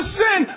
sin